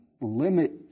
limit